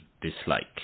dislike